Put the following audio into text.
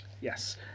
yes